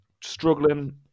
struggling